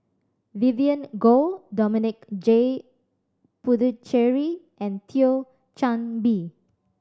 Vivien Goh Dominic J Puthucheary and Thio Chan Bee